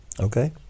okay